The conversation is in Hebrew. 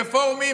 "רפורמים",